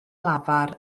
lafar